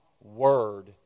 word